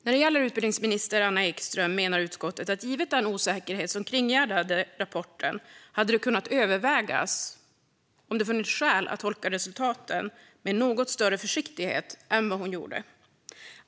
När det gäller utbildningsminister Anna Ekström menar utskottet att givet den osäkerhet som kringgärdade rapporten hade det kunnat övervägas om det funnits skäl att tolka resultatet med något större försiktighet än vad hon gjorde.